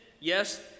Yes